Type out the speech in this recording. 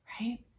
right